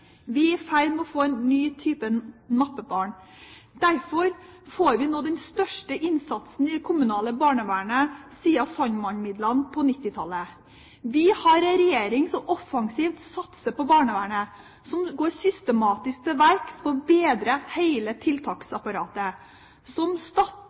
Vi er i ferd med å få en ny type mappebarn. Derfor får vi nå den største innsatsen i det kommunale barnevernet siden Sandman-midlene på 1990-tallet. Vi har en regjering som offensivt satser på barnevernet, som går systematisk til verks for å bedre